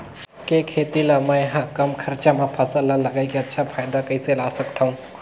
के खेती ला मै ह कम खरचा मा फसल ला लगई के अच्छा फायदा कइसे ला सकथव?